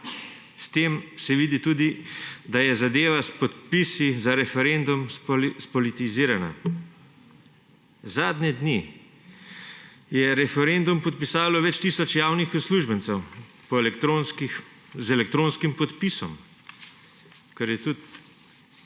S tem se vidi tudi, da je zadeva s podpisi za referendum spolitizirana. Zadnje dni je referendum podpisalo več tisoč javnih uslužbencev z elektronskim podpisom, kar je tudi